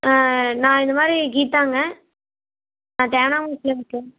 நான் இந்தமாதிரி கீதாங்க நான் தேனாம்பேட்டையில் இருக்கேன்